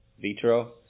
vitro